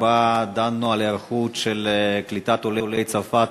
ובה דנו על היערכות לקליטת עולי צרפת,